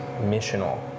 missional